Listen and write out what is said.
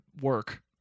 work